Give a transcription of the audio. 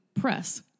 Press